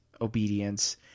obedience